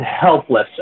helpless